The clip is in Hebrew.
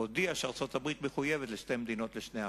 הודיעה שארצות-הברית מחויבת לשתי מדינות לשני עמים.